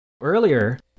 Earlier